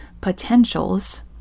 potentials